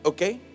Okay